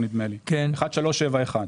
בינואר, החלטה 1371,